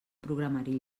programari